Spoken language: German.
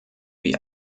wie